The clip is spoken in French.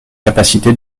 capacité